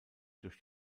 durch